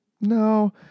no